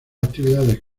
actividades